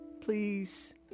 please